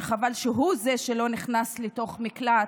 שחבל שהוא זה שלא נכנס לתוך מקלט,